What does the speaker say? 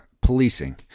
policing